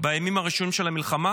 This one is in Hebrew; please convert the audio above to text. בימים הראשונים של המלחמה?